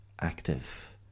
active